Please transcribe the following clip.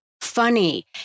funny